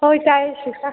ꯍꯣꯏ ꯇꯥꯏꯌꯦ ꯁꯤꯁꯇꯔ